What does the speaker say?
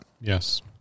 yes